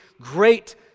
great